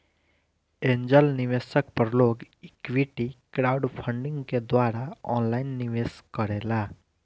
angel निवेशक पर लोग इक्विटी क्राउडफण्डिंग के द्वारा ऑनलाइन निवेश करेला